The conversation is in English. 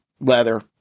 leather